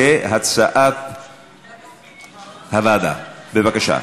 כהצעת הוועדה, בבקשה.